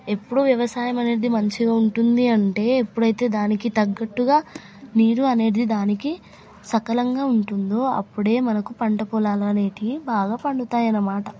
ఎప్పుడు వ్యవసాయం అనేది మంచిగా ఉంటుంది అంటే ఎప్పుడైతే దానికి తగ్గట్టుగా నీరు అనేది దానికి సకాలంగా ఉంటుందో అప్పుడే మనకు పంట పొలాలు అనేవి బాగా పండుతాయి అన్నమాట